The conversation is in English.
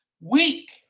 weak